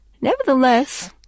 Nevertheless